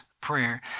prayer